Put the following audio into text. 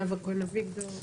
נאוה כהן אביגדור,